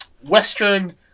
western